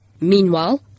Meanwhile